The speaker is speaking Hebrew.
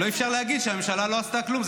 אי-אפשר להגיד שהממשלה לא עשתה כלום.